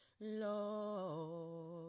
Lord